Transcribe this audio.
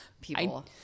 people